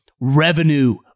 Revenue